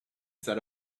set